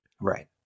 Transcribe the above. Right